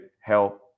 help